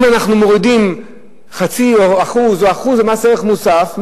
אם אנחנו מורידים 0.5% או 1% מס ערך מוסף,